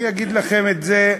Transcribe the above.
אני אגיד לכם את זה,